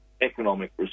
economic